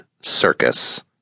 circus